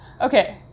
okay